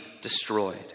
destroyed